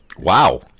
Wow